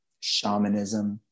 shamanism